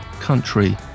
country